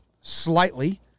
slightly